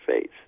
faith